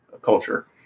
culture